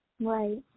Right